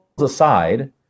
aside